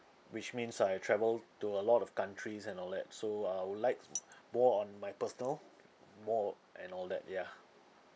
which means I travel to a lot of countries and all that so I would like w~ more on my personal more and all that ya